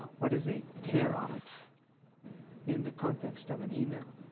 what is a tear-off in the context of an email,